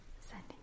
sending